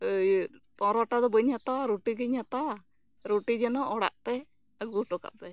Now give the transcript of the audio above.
ᱤᱭᱟᱹ ᱯᱚᱨᱚᱴᱟ ᱫᱚ ᱵᱟᱧ ᱦᱟᱛᱟᱣᱟ ᱨᱩᱴᱤ ᱜᱤᱧ ᱦᱟᱛᱟᱣᱟ ᱨᱩᱴᱤ ᱡᱮᱱᱚ ᱚᱲᱟᱜ ᱛᱮ ᱟᱹᱜᱩ ᱦᱚᱴᱚ ᱠᱟᱜ ᱯᱮ